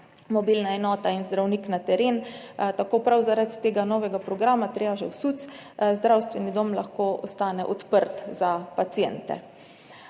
mobilna enota in zdravnik na teren, tako prav zaradi tega novega programa triaže v SUC zdravstveni dom lahko ostane odprt za paciente.